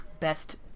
best